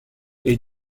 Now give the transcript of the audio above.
est